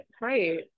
right